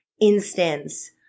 instance